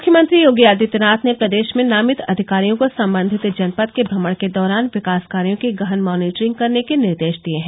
मुख्यमंत्री योगी आदित्यनाथ ने प्रदेश में नामित अधिकारियों को संबंधित जनपद के भ्रमण के दौरान विकास कार्यो की गहन मानीटरिंग करने के निर्देश दिये है